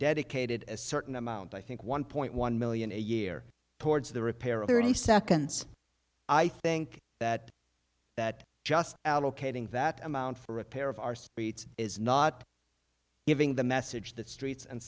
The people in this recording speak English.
dedicated a certain amount i think one point one million a year towards the repair of thirty seconds i think that that just allocating that amount for repair of our streets is not giving the message that streets and